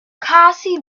cassie